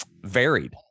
varied